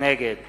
נגד